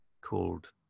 called